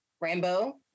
Rambo